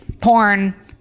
porn